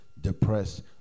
depressed